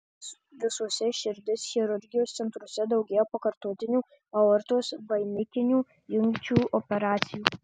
visuose širdies chirurgijos centruose daugėja pakartotinių aortos vainikinių jungčių operacijų